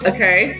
Okay